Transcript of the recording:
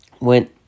went